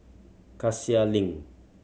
Cassia Link